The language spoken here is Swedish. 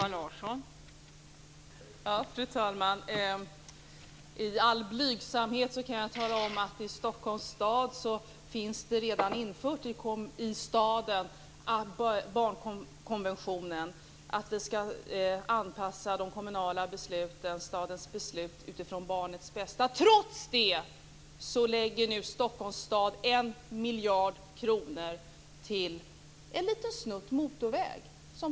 Fru talman! I all blygsamhet kan jag tala om att barnkonventionen tillämpas i Stockholm Stad, dvs. att de kommunala besluten skall anpassas utifrån barnens bästa. Trots det lägger Stockholm Stad 1 miljard kronor till en liten snutt motorväg.